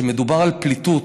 כשמדובר על פליטות,